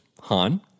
Han